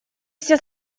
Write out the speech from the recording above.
все